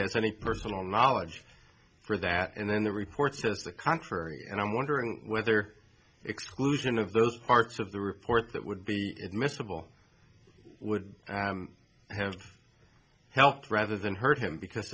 has any personal knowledge for that and then the report says the contrary and i'm wondering whether exclusion of those parts of the report that would be admissible would have helped rather than hurt him because